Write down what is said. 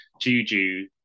Juju